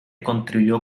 contribuyó